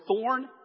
thorn